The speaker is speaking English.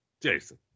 Jason